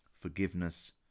forgiveness